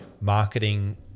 marketing